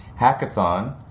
hackathon